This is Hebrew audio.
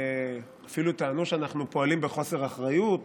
שאפילו טענו שאנחנו פועלים בחוסר אחריות